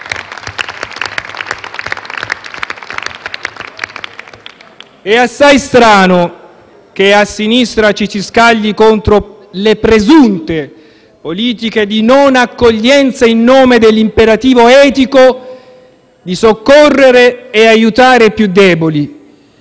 È assai strano che a sinistra ci si scagli contro le presunte politiche di non accoglienza in nome dell'imperativo etico di soccorrere e aiutare i più deboli,